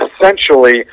essentially